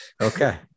okay